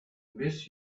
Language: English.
miss